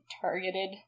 targeted